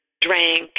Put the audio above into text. drank